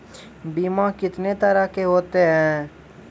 बीमा कितने तरह के होते हैं?